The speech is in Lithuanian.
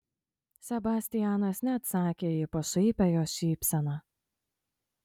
sebastianas neatsakė į pašaipią jos šypseną